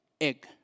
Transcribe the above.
egg